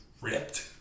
ripped